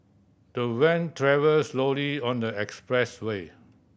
the van travelled slowly on the expressway